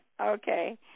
Okay